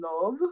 love